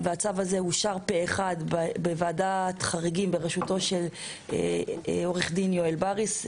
הצו הזה אושר פה אחד בוועדת חריגים בראשותו של עורך דין יואל בריס,